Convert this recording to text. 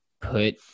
put